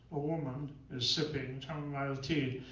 a woman is sipping chamomile tea.